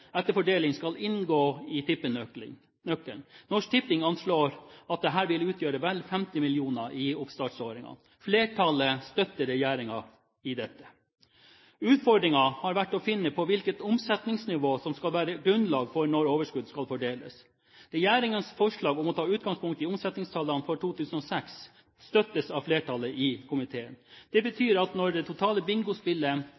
etter fordelingen inngå i tippenøkkelen. Norsk Tipping anslår at dette vil utgjøre vel 50 mill. kr i oppstartsårene. Flertallet støtter regjeringen i dette. Utfordringen har vært å finne ut hvilket omsetningsnivå som skal være grunnlaget når overskuddet skal fordeles. Regjeringens forslag om å ta utgangspunkt i omsetningstallene for 2006 støttes av flertallet i komiteen. Det